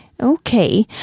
Okay